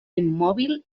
immòbil